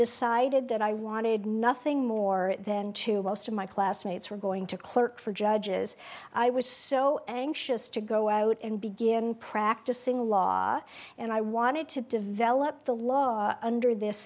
decided that i wanted nothing more than to most of my classmates were going to clerk for judges i was so anxious to go out and begin practicing law and i wanted to develop the law under this